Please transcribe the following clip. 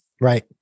right